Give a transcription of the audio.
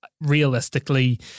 realistically